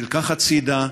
הוא נלקח הצידה,